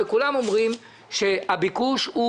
וכולם אומרים שיש ביקוש,